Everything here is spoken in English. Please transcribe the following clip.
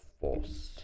force